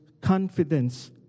confidence